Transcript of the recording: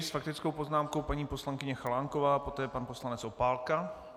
S faktickou poznámkou paní poslankyně Chalánková, poté pan poslanec Opálka.